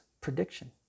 prediction